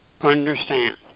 understand